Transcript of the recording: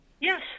yes